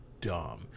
dumb